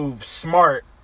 smart